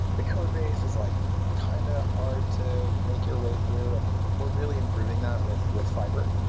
the codebase is like kind of hard to make your way through, and we're really improving that with with fiber.